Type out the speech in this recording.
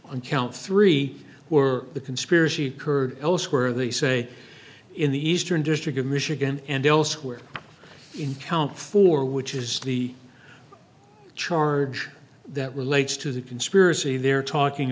count three were the conspiracy occurred elsewhere they say in the eastern district of michigan and elsewhere in count four which is the charge that will aides to the conspiracy they're talking